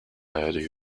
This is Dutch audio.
huidige